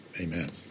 amen